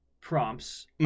prompts